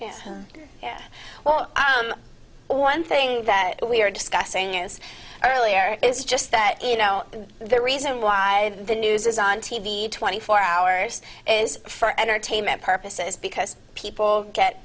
yeah yeah well one thing that we are discussing is earlier is just that you know their reason why the news is on t v twenty four hours is for entertainment purposes because people get